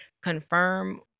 confirm